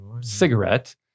cigarette